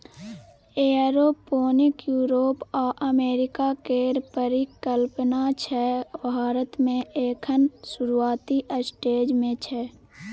aeroponic Europe आ America केर परिकल्पना छै भारत मे एखन शुरूआती स्टेज मे छै